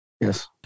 Yes